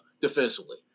defensively